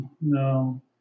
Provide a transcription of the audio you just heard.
No